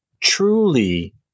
truly